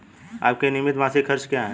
आपके नियमित मासिक खर्च क्या हैं?